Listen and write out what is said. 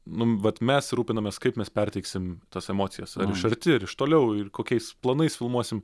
nu vat mes rūpinamės kaip mes perteiksim tas emocijas ar iš arti ir iš toliau ir kokiais planais filmuosim